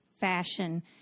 fashion